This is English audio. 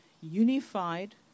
unified